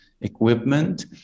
equipment